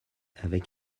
avec